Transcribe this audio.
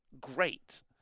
great